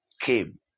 came